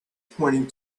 pointing